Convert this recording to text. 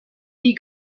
die